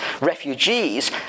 Refugees